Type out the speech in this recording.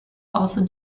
also